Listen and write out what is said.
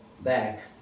back